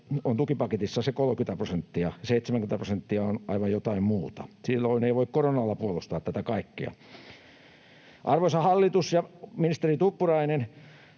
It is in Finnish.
tukipaketissa se korona on 30 prosenttia ja 70 prosenttia on aivan jotain muuta. Silloin ei voi koronalla puolustaa tätä kaikkea. Arvoisa hallitus ja ministeri Tuppurainen,